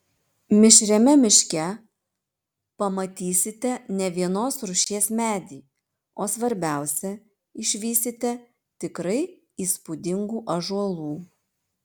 mišriame miške pamatysite ne vienos rūšies medį o svarbiausia išvysite tikrai įspūdingų ąžuolų